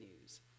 news